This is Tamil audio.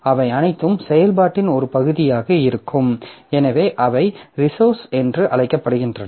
அவை அனைத்தும் செயல்பாட்டின் ஒரு பகுதியாக இருக்கும் எனவே அவை ரிசோர்ஸ் என்று அழைக்கப்படுகின்றன